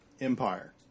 Empire